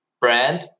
brand